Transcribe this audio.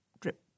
drip